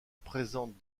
présente